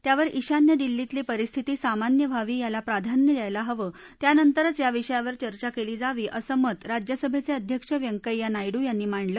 त्यावर ईशान्य दिल्लीतली परिस्थिती सामान्य व्हावी याला प्राधान्य द्यायला हवं त्यानंतरच या विषयावर चर्चा कली जावी असं मत राज्यसभद्वाञध्यक्ष व्यंकैप्या नायडू यांनी मांडलं